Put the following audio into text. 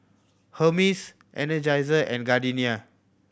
Hermes Energizer and Gardenia